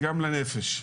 וגם לנפש.